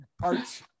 parts